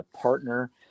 partner